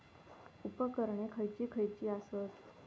उपकरणे खैयची खैयची आसत?